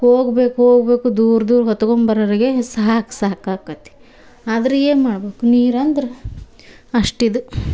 ಹೋಗ್ಬೇಕು ಹೋಗಬೇಕು ದೂರ ದೂರ ಹೊತ್ಕೊಂಬರೋರಿಗೆ ಸಾಕು ಸಾಕಾಕ್ಕತಿ ಆದರೆ ಏನು ಮಾಡ್ಬೇಕ್ ನೀರಂದ್ರೆ ಅಷ್ಟು ಇದು